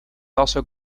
also